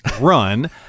run